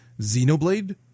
Xenoblade